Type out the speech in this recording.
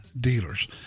Dealers